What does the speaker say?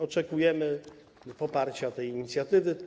Oczekujemy poparcia tej inicjatywy.